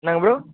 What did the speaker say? என்னாங்க ப்ரோ